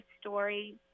story